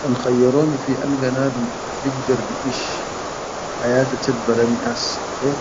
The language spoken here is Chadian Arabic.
Kan khayyaroni fi alga nadum bigdar biʼish hayata chatta bale niʼas akher